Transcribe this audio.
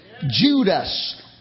Judas